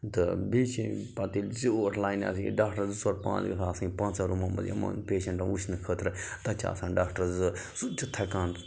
تہٕ بیٚیہِ چھِ پتہٕ ییٚلہِ زیوٗٹھ لاینہٕ ڈاکٹَر زٕ ژور پانٛژھ گژھَن آسٕنۍ پانٛژَن روٗمَن یِمَن پیشَنٛٹَن وٕچھنہٕ خٲطرٕ تَتہِ چھِ آسان ڈاکٹَر زٕ سُہ تہِ چھُ تھَکان